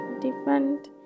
different